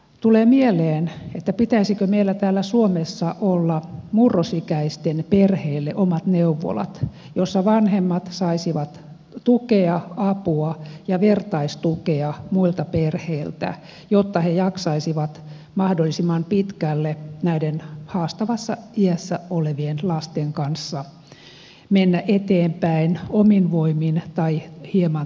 tulee mieleen että pitäisikö meillä täällä suomessa olla murrosikäisten perheille omat neuvolat joissa vanhemmat saisivat tukea apua ja vertaistukea muilta perheiltä jotta he jaksaisivat mahdollisimman pitkälle näiden haastavassa iässä olevien lasten kanssa mennä eteenpäin omin voimin tai hieman tuettuna